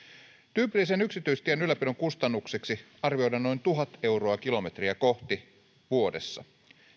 tyypillisen yksityistien ylläpidon kustannukseksi arvioidaan noin tuhat euroa kilometriä kohti vuodessa